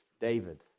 David